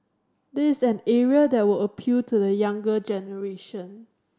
there is an area that would appeal to the younger generation